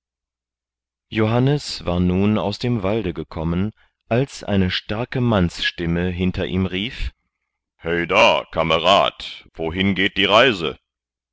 johannes war nun aus dem walde gekommen als eine starke mannsstimme hinter ihm rief heda kamerad wohin geht die reise